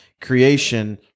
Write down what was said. creation